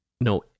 No